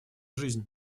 жизнь